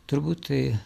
turbūt tai